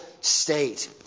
state